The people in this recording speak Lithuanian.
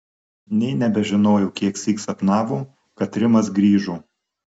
nė nebežinojo kieksyk sapnavo kad rimas grįžo